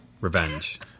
revenge